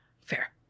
Fair